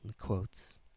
Quotes